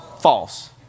False